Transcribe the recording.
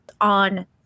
on